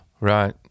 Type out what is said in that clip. right